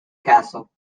castle